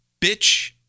bitch